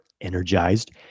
energized